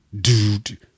dude